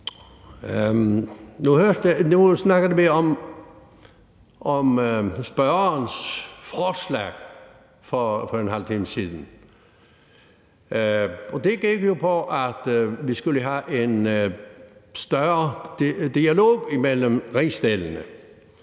Nu snakkede vi om spørgerens forslag for en halv time siden, og det gik jo på, at vi skulle have en større dialog mellem rigsdelene.